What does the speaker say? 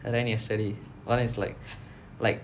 I ran yesterday but then it's like like